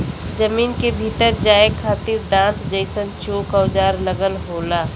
जमीन के भीतर जाये खातिर दांत जइसन चोक औजार लगल होला